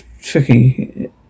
tricky